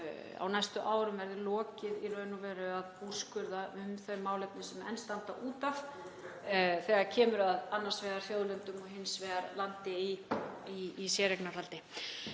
á næstu árum verði lokið að úrskurða um þau málefni sem enn standa út af þegar kemur að annars vegar þjóðlendum og hins vegar landi í séreignarhaldi.